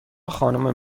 خانم